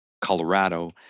Colorado